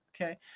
Okay